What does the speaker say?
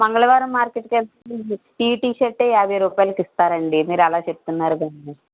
మంగళవారం మార్కెట్కి వెళితే ఈ టీషర్టె యాభై రూపాయాలకి ఇస్తారండి మీరు అలా చెప్తున్నారు కానీ